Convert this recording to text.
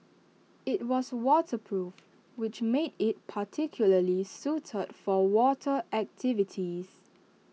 IT was waterproof which made IT particularly suited for water activities